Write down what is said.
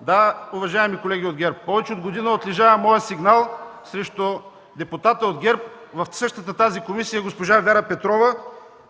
да, уважаеми колеги от ГЕРБ, повече от година отлежава моят сигнал срещу депутата от ГЕРБ в същата тази комисия госпожа Вера Петрова